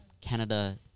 Canada